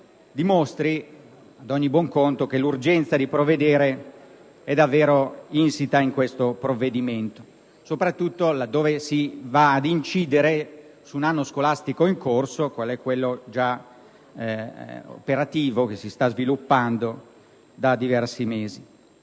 dimostri, ad ogni buon conto, che l'urgenza di provvedere è davvero insita nel provvedimento, soprattutto laddove si va ad incidere su un anno scolastico in corso quale quello avviato da diversi mesi.